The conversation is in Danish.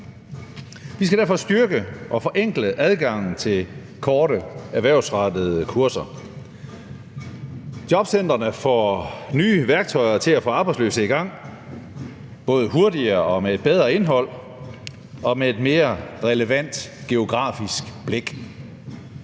Vi skal derfor styrke og forenkle adgangen til korte erhvervsrettede kurser. Jobcentrene får nye værktøjer til at få arbejdsløse i gang, både hurtigere og med et bedre indhold og med et mere relevant geografisk blik.